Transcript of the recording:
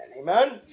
amen